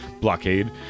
blockade